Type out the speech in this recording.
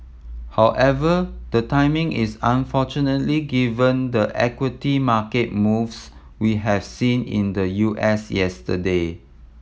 however the timing is unfortunately given the equity market moves we have seen in the U S yesterday